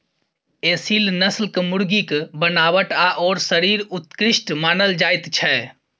एसील नस्लक मुर्गीक बनावट आओर शरीर उत्कृष्ट मानल जाइत छै